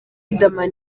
riderman